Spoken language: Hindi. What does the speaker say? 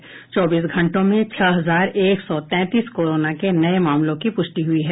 पिछले चौबीस घंटों में छह हजार एक सौ तैंतीस कोरोना के नये मामलों की पुष्टि हुई है